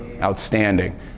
Outstanding